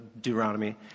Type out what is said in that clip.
Deuteronomy